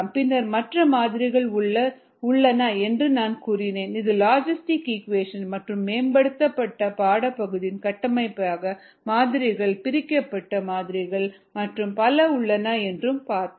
பின்னர் மற்ற மாதிரிகள் உள்ளன என்று நான் கூறினேன் இது லாஜிஸ்டிக் ஈக்குவேஷன் மற்றும் மேம்படுத்தபட்ட பாடப்பகுதியில் கட்டமைக்கப்பட்ட மாதிரிகள் பிரிக்கப்பட்ட மாதிரிகள் மற்றும் பல உள்ளன என்று பார்த்தோம்